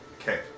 Okay